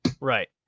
Right